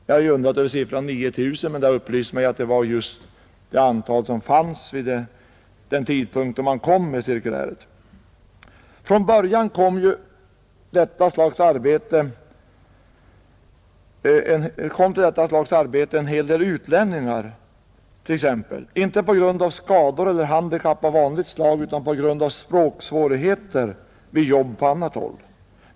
— Jag har undrat över siffran 9 400, men det har upplysts mig att det var just det antal som fanns vid den tidpunkt då man utfärdade cirkuläret. Från början kom till detta slags arbete en hel del utlänningar exempelvis, inte på grund av skador eller handikapp av vanligt slag utan på grund av språksvårigheter vid jobb på annat håll.